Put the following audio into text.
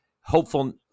hopeful